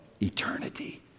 eternity